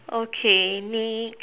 okay